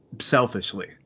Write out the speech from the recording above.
selfishly